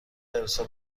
ارسال